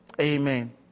amen